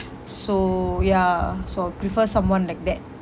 so ya so I prefer someone like that